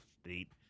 state